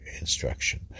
instruction